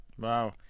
Wow